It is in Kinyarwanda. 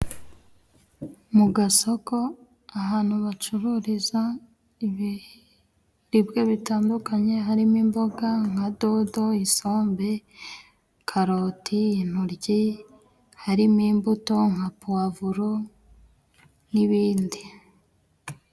Mu gasoko ahantu bacururiza ibiribwa bitandukanye harimo; imboga nka dodo, isombe, karoti, intoryi harimo imbuto nka pavuro n'ibindi.